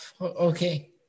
okay